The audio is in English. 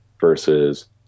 versus